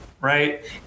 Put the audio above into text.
right